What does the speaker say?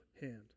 hand